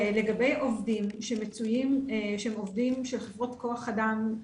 לגבי עובדים שהם עובדים של חברות כוח אדם,